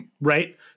Right